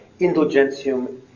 Indulgentium